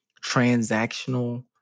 transactional